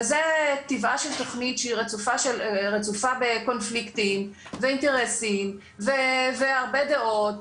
וזה טבעה של תכנית שהיא רצופה בקונפליקטים ואינטרסים והרבה דעות,